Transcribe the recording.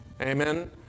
amen